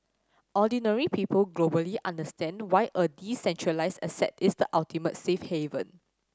ordinary people globally understand why a decentralised asset is the ultimate safe haven